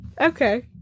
okay